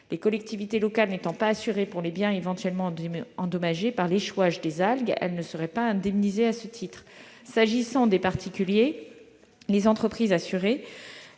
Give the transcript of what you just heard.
Les collectivités locales n'étant pas assurées pour les biens éventuellement endommagés par l'échouage des algues, elles ne seraient pas indemnisées à ce titre. S'agissant des particuliers et des entreprises, seuls